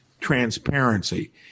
transparency